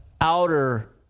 outer